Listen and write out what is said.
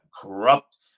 corrupt